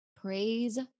Praise